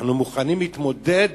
אנחנו מוכנים להתמודד